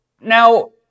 Now